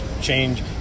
change